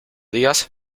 días